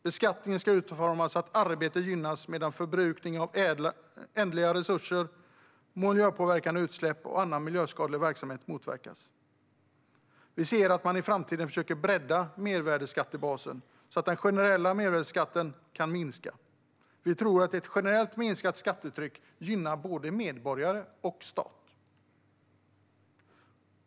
Beskattningen ska utformas så att arbete gynnas medan förbrukning av ändliga resurser, miljöpåverkande utsläpp och annan miljöskadlig verksamhet motverkas. Vi ser att man i framtiden försöker bredda mervärdesskattebasen så att den generella mervärdesskatten kan minska. Vi tror att ett generellt minskat skattetryck gynnar både medborgare och stat.